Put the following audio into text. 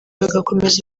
bagakomeza